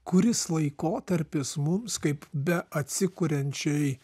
kuris laikotarpis mums kaip beatsikuriančiai